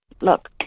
look